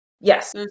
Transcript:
Yes